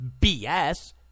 BS